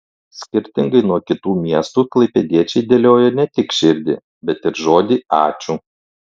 skirtingai nuo kitų miestų klaipėdiečiai dėliojo ne tik širdį bet ir žodį ačiū